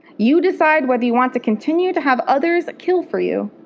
you decide whether you want to continue to have others kill for you.